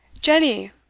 Jenny